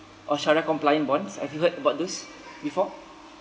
uh shariah compliant bonds have you heard about this before